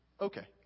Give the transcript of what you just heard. okay